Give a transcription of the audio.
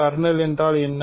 kernel என்றால் என்ன